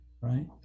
Right